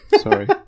Sorry